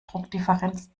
druckdifferenz